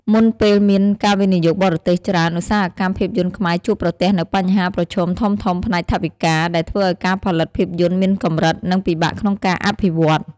មុនពេលមានការវិនិយោគបរទេសច្រើន ឧស្សាហកម្មភាពយន្តខ្មែរជួបប្រទះនូវបញ្ហាប្រឈមធំៗផ្នែកថវិកា ដែលធ្វើឱ្យការផលិតភាពយន្តមានកម្រិត និងពិបាកក្នុងការអភិវឌ្ឍ។